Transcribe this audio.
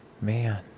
Man